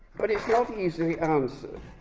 but it is not easily answered.